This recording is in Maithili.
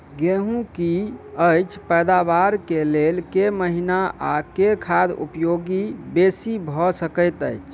गेंहूँ की अछि पैदावार केँ लेल केँ महीना आ केँ खाद उपयोगी बेसी भऽ सकैत अछि?